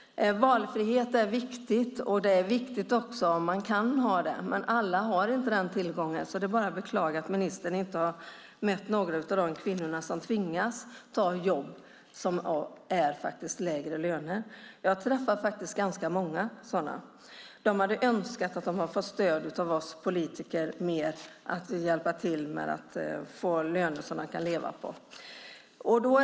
Valfrihet är viktigt, men alla har inte valfrihet. Det är bara att beklaga att ministern inte har mött några av de kvinnor som tvingas ta ett jobb som ger lägre lön. Jag träffar ganska många sådana. De hade önskat få mer stöd av oss politiker när det gäller att få en lön som det går att leva på.